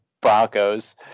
Broncos